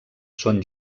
són